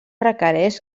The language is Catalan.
requereix